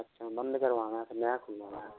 अच्छा बंद करवाना है के नया खुलवाना है